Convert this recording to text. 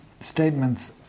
statements